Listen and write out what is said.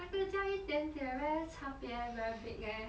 那个叫一点点 meh 差别 very big leh